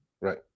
Right